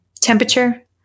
temperature